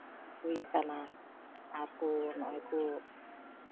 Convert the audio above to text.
ᱦᱩᱭ ᱠᱟᱱᱟ ᱟᱨᱠᱚ ᱱᱚᱜᱼᱚᱸᱭ ᱠᱚ